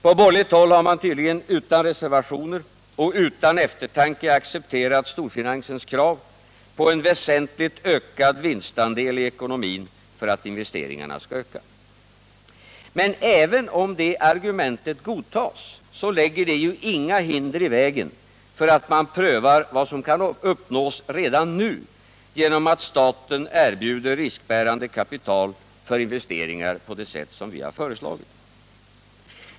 På borgerligt håll har man tydligen utan reservationer och utan eftertanke accepterat storfinansens krav på en väsentligt ökad vinstandel i ekonomin för att investeringarna skall öka. Men även om det argumentet godtas, lägger det ju inga hinder i vägen för att man prövar vad som kan uppnås redan nu genom att staten erbjuder riskbärande kapital för investeringar på det sätt som vi föreslagit.